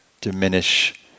diminish